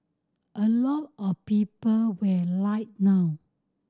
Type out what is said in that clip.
a lot of people were like wow